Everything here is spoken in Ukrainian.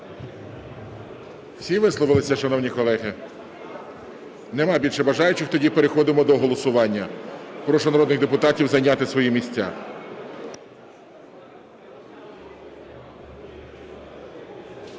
Всі висловились, шановні колеги? Немає більше бажаючих, тоді переходимо до голосування. Прошу народних депутатів зайняти свої місця.